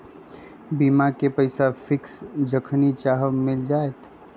बीमा के पैसा फिक्स जखनि चाहम मिल जाएत?